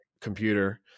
computer